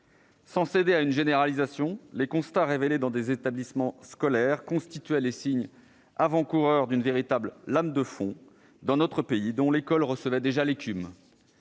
Sans céder à une généralisation, les constats révélés dans des établissements scolaires constituaient les signes avant-coureurs d'une véritable lame de fond dans notre pays, dont l'école recevait déjà l'écume